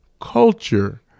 culture